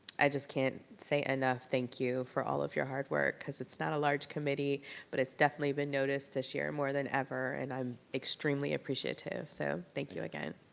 i just can't say enough thank you for all of your hard work because it's not a large committee but it's definitely been noticed this year more than ever and i'm extremely appreciative, so thank you again.